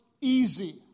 easy